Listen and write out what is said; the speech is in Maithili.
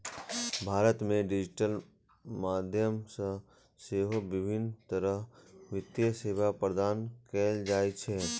भारत मे डिजिटल माध्यम सं सेहो विभिन्न तरहक वित्तीय सेवा प्रदान कैल जाइ छै